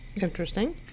Interesting